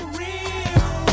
real